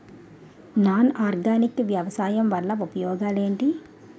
Non organic వ్యవసాయం వల్ల ఉపయోగాలు ఏంటీ?